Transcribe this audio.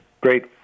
great